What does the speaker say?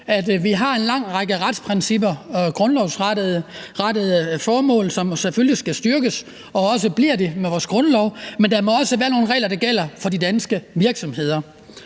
vi har en lang række retsprincipper og grundlovssikrede rettigheder, hvis formål selvfølgelig skal styrkes, og det bliver de også med vores grundlov, men der må også være nogle regler, der gælder for de danske virksomheder.